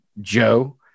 Joe